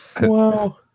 Wow